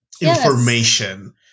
information